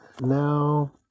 Now